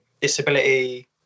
Disability